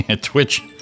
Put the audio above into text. Twitch